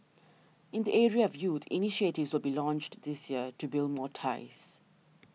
in the area of youth initiatives will be launched this year to build more ties